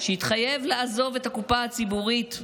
שהתחייב לעזוב את הקופה הציבורית,